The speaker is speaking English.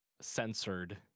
censored